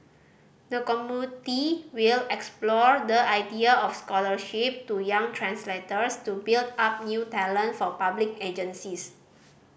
the committee will explore the idea of scholarship to young translators to build up new talent for public agencies